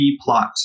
plot